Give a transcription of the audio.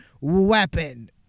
weapon